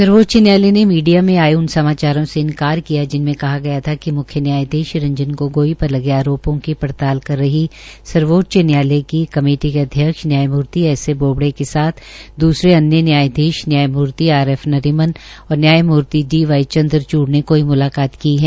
सर्वोच्च न्यायालय ने मीडिया में आये उन समाचारों से इन्कार किया जिनमें कहा गया था कि मुख्य न्यायधीश रंजन गोगोई पर लगे आरोपो की पड़ताल कर रही है सर्वोच्च न्यायालय की कमेटी के अध्यक्ष न्यायधीश एस ए बोबडे के साथ द्सरे अन्य न्यायमूर्ति आर एफ नरीमन और न्यायमूर्ति डी वाई चन्द्रच्ड़ ने कोई मुलकात की है